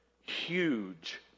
huge